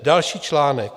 Další článek.